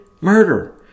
murder